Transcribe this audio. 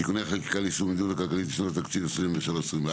(תיקוני חקיקה ליישום המדיניות הכלכלית לשנות התקציב 2023 ו-2024),